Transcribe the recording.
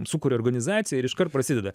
sukuria organizaciją ir iškart prasideda